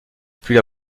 plus